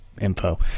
info